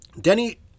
Denny